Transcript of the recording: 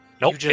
Nope